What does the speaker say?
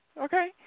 Okay